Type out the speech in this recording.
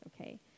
okay